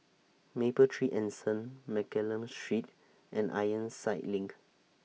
Mapletree Anson Mccallum Street and Ironside LINK